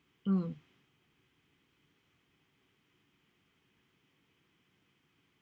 mm